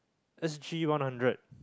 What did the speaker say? S G one hundred